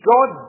God